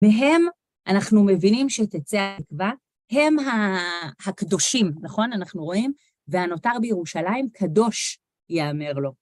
מהם אנחנו מבינים שתצא התקווה, הם הקדושים, נכון? אנחנו רואים? והנותר בירושלים, קדוש, יאמר לו.